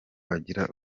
bagira